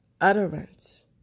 utterance